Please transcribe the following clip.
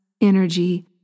energy